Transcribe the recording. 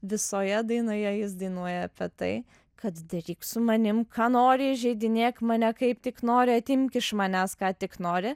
visoje dainoje jis dainuoja apie tai kad daryk su manim ką nori įžeidinėk mane kaip tik nori atimk iš manęs ką tik nori